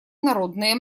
народные